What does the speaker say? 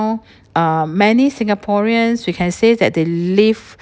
uh many singaporeans we can say that they live